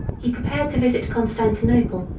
he prepared to visit constantinople,